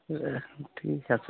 ঠিক আছে